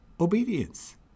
obedience